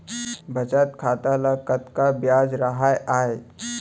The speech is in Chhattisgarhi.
बचत खाता ल कतका ब्याज राहय आय?